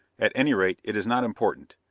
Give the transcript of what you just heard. at any rate, it is not important.